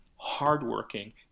hardworking